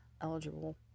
eligible